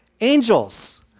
angels